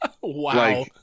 Wow